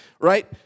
right